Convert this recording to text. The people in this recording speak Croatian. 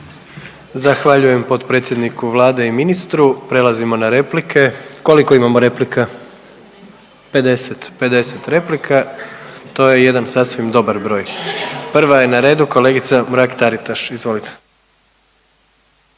Zahvaljujem potpredsjedniku Vlade i ministru. Prelazimo na replike, koliko imamo replika …/Upadica: 50/… 50, 50 replika, to je jedan sasvim dobar broj. Prva je na redu kolegica Mrak-Taritaš, izvolite.